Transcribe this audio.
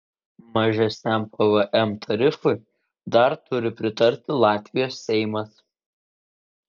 mažesniam pvm tarifui dar turi pritarti latvijos seimas